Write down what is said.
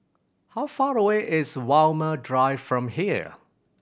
how far away is Walmer Drive from here